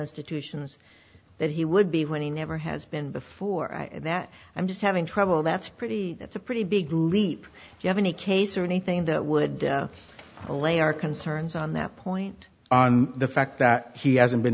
institutions that he would be when he never has been before that i'm just having trouble that's pretty that's a pretty big leap you have any case or anything that would a lay our concerns on that point on the fact that he hasn't been